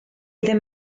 ddim